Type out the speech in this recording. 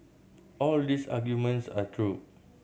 all these arguments are true